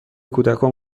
کودکان